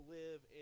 live